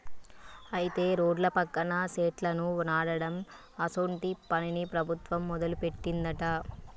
అయితే రోడ్ల పక్కన సెట్లను నాటడం అసోంటి పనిని ప్రభుత్వం మొదలుపెట్టిందట